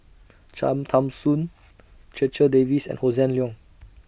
Cham Tao Soon Checha Davies and Hossan Leong